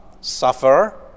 suffer